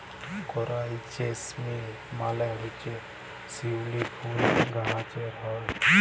করাল জেসমিল মালে হছে শিউলি ফুল গাহাছে হ্যয়